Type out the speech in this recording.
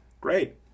great